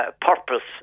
purpose